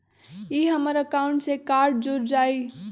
ई हमर अकाउंट से कार्ड जुर जाई?